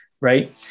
right